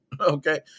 Okay